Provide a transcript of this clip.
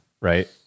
right